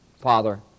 Father